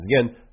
Again